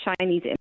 Chinese